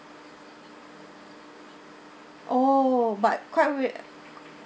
oh but quite wa~